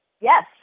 Yes